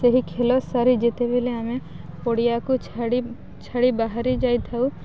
ସେହି ଖେଳ ସାରି ଯେତେବେଳେ ଆମେ ପଡ଼ିଆକୁ ଛାଡ଼ି ଛାଡ଼ି ବାହାରି ଯାଇଥାଉ